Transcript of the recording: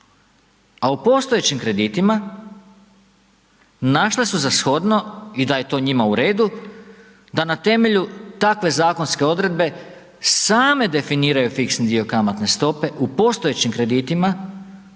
a u postojećim kreditima našle su za shodno i da je to njima u redu da na temelju takve zakonske odredbe same definiraju fiksni dio kamatne stope u postojećim kreditima,